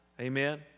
amen